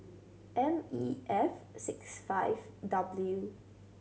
M E F six five W